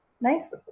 nice